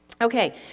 Okay